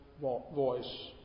voice